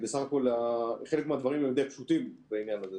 בסך הכול חלק מהדברים הם די פשוטים בעניין הזה.